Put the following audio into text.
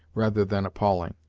rather than appalling,